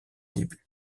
débuts